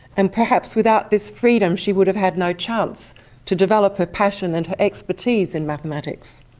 and perhaps without this freedom she would have had no chance to develop her passion and her expertise in mathematics.